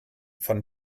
von